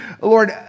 Lord